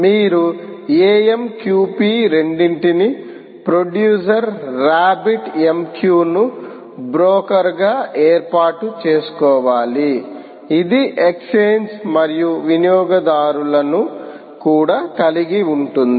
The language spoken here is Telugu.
మీరు AMQP రెండింటినీ ప్రొడ్యూసర్ రాబ్బిట్ M Q ను బ్రోకర్గాఏర్పాటు చేసుకోవాలి ఇది ఎక్స్ఛేంజ్ మరియు వినియోగదారులను కూడా కలిగి ఉంటుంది